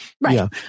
right